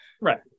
Right